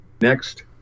Next